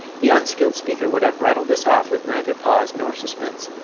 the unskilled speaker would have rattled this off with neither pause nor suspense,